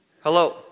Hello